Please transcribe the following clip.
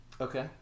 Okay